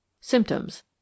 Symptoms